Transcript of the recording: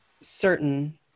certain